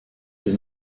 denn